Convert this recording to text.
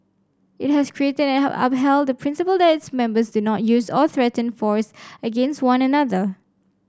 it has created and up upheld the principle that its members do not use or threaten force against one another